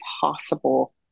possible